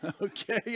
Okay